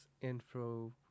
info